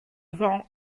vend